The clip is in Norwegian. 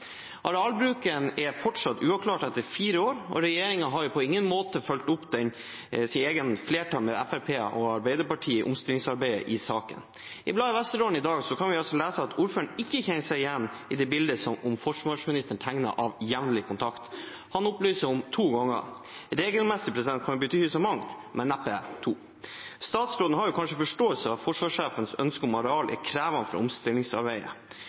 Arealbruken er fortsatt uavklart etter fire år, og regjeringen har på ingen måte fulgt opp sitt flertall, med Fremskrittspartiet og Arbeiderpartiet, i omstillingsarbeid i saken. I Bladet Vesterålen i dag kan vi lese at ordføreren ikke kjenner seg igjen i det bildet som forsvarsministeren tegnet av jevnlig kontakt. Han opplyser om to ganger – regelmessig kan bety så mangt, men neppe to. Statsråden har kanskje forståelse for at forsvarssjefens ønske om areal er krevende for